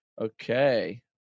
Okay